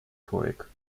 człowiek